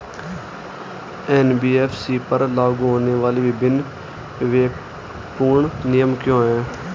NBFC पर लागू होने वाले विभिन्न विवेकपूर्ण नियम क्या हैं?